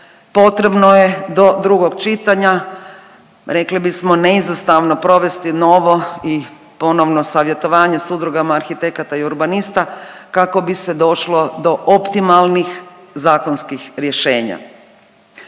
potrebno je do drugog čitanja, rekli bismo neizostavno provesti novo i ponovno savjetovanje s udrugama arhitekata i urbanista kako bi se došlo do optimalnih zakonskih rješenja.